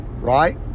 right